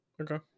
Okay